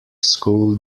school